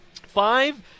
Five